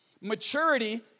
maturity